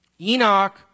Enoch